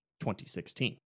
2016